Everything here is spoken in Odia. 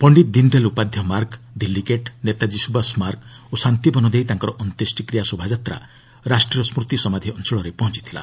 ପଣ୍ଡିତ ଦୀନ ଦୟାଲ୍ ଉପାଧ୍ୟାୟ ମାର୍ଗ ଦିଲ୍ଲୀ ଗେଟ୍ ନେତାଜୀ ସୁଭାଷ ମାର୍ଗ ଓ ଶାନ୍ତିବନ ଦେଇ ତାଙ୍କର ଅନ୍ତ୍ୟେଷ୍ଟିକ୍ରିୟା ଶୋଭାଯାତ୍ରା ରାଷ୍ଟ୍ରୀୟ ସ୍କୃତି ସମାଧି ଅଞ୍ଚଳରେ ପହଞ୍ଚଥିଲା